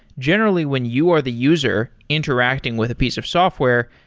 generally, when you are the user interacting with a piece of software,